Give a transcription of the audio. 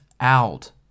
out